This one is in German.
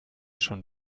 schon